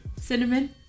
Cinnamon